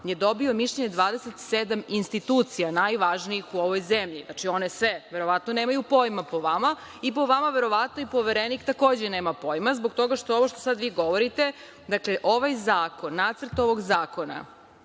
je dobio mišljenje 27 institucije najvažnijih u ovoj zemlji. Znači, one sve verovatno nemaju pojma po vama i po vama verovatno i Poverenik takođe nema pojma, zbog toga što ovo što sada vi govorite, dakle, ovaj zakon, Nacrt ovog zakona